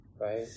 right